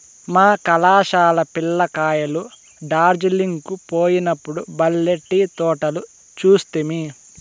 మా కళాశాల పిల్ల కాయలు డార్జిలింగ్ కు పోయినప్పుడు బల్లే టీ తోటలు చూస్తిమి